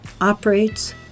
operates